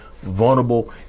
vulnerable